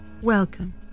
Welcome